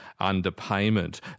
underpayment